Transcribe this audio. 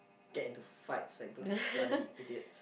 get into fights like those bloody idiots